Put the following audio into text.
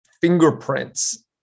fingerprints